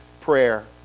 prayer